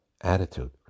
attitude